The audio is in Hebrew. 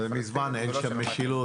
מזמן אין שם משילות,